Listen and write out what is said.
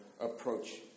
approach